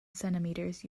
centimetres